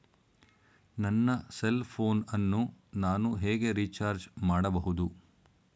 ನನ್ನ cell phone ಅನ್ನು ನಾನು ಹೇಗೆ ರಿಚಾರ್ಜ್ ಮಾಡಬಹುದು?